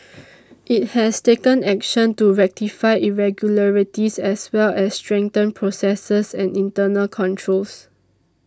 it has taken action to rectify irregularities as well as strengthen processes and internal controls